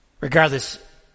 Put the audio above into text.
Regardless